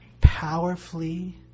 powerfully